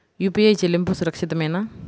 UPI చెల్లింపు సురక్షితమేనా?